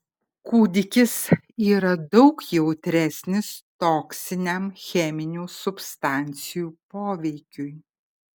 kūdikis yra daug jautresnis toksiniam cheminių substancijų poveikiui